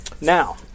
Now